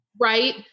Right